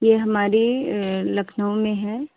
ये हमारी लखनऊ में है